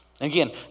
again